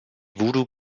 voodoo